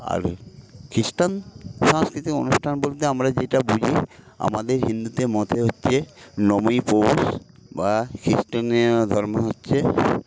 আর খ্রিস্টান সাংস্কৃতিক অনুষ্ঠান বলতে আমরা যেটা বুঝি আমাদের হিন্দুদের মতে হচ্ছে নয়ই পৌষ বা খ্রিষ্ট ধর্মে হচ্ছে